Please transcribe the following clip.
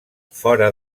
fora